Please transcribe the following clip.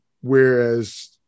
whereas